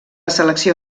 selecció